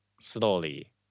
slowly